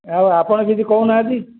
ଆଉ ଆପଣ କିଛି କହୁନାହାନ୍ତି